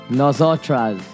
nosotras